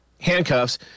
handcuffs